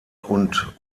und